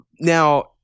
Now